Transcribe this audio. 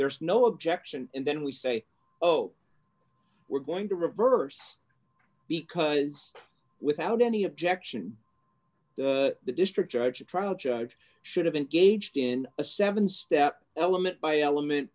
there's no objection and then we say oh we're going to reverse because without any objection the district judge a trial judge should have engaged in a seven step element by element